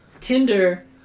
Tinder